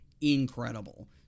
incredible